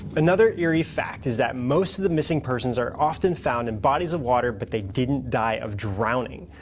but another eerie fact is that most of the missing persons are often found in bodies of water, but they didn't die of drowning.